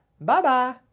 Bye-bye